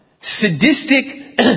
sadistic